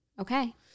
Okay